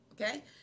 Okay